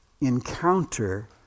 encounter